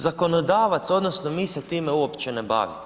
Zakonodavac odnosno mi se time uopće ne bavimo.